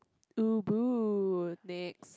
ubu next